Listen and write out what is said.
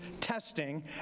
testing